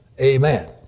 amen